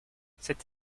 cette